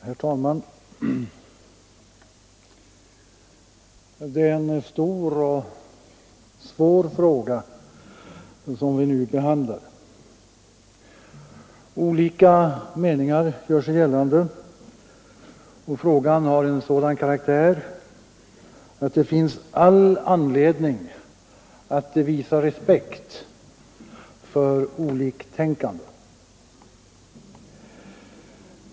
Herr talman! Det är en stor och svår fråga som vi nu behandlar. Olika meningar gör sig gällande, och frågan har en sådan karaktär att det finns all anledning att visa respekt för oliktänkande.